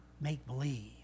make-believe